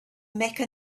mecca